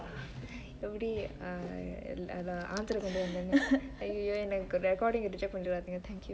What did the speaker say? எபடி:epdi err அதுல ஆதரவு:athule aatharavu !aiyoyo! எனக்கு:enaku recording ங்க:ge reject பன்னிராதிங்க:panniraathingge thank you